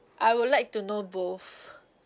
I would like to know both